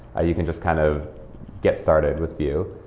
ah you can just kind of get started with vue.